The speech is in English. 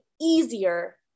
easier